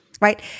right